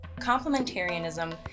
Complementarianism